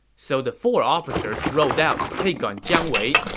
so the four officers rode out to take on jiang wei.